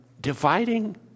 dividing